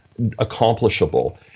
accomplishable